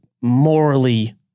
morally